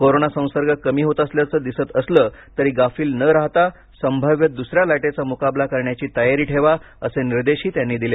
corona संसर्ग कमी होत असल्याचं दिसत असलं तरी गाफील न राहता संभाव्य दुसऱ्या लाटेचा मुकाबला करण्याची तयारी ठेवा असे निर्देशही त्यांनी दिले